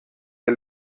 der